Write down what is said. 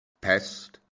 pest